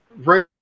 Right